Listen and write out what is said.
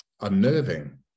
unnerving